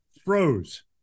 froze